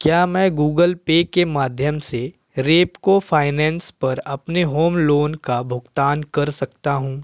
क्या मैं Google Pay के माध्यम से रेपको फ़ाइनैंस पर अपने होम लोन का भुगतान कर सकता हूँ